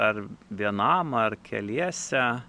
ar vienam ar keliese